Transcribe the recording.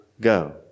go